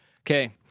Okay